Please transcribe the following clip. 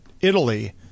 Italy